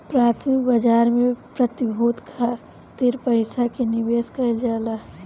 प्राथमिक बाजार में प्रतिभूति खातिर पईसा के निवेश कईल जाला